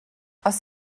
oes